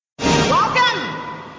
Welcome